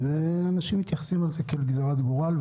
ואנשים מתייחסים לזה כאל גזרת גורל,